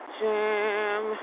jam